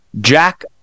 Jack